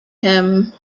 him